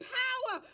power